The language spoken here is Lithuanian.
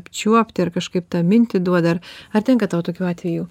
apčiuopti ar kažkaip tą mintį duoda ar ar tenka tau tokių atvejų